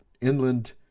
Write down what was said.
inland